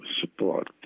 support